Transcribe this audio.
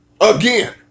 Again